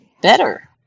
better